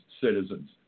citizens